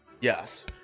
Yes